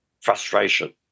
Frustration